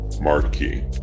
marquee